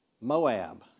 Moab